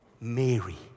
Mary